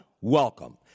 Welcome